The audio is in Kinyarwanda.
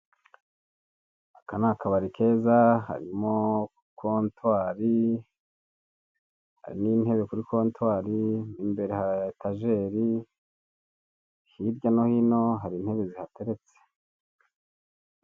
Aka ni akabari keza, harimo kontwari hari n'intebe kuri kontwari, imbere hari etageri, hirya no hino hari intebe zihateretse.